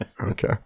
Okay